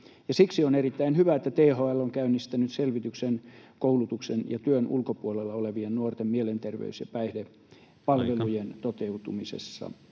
Siksi on erittäin hyvä, että THL on käynnistänyt selvityksen koulutuksen ja työn ulkopuolella olevien nuorten mielenterveys- ja päihdepalvelujen [Puhemies: